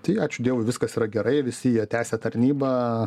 tai ačiū dievui viskas yra gerai visi jie tęsia tarnybą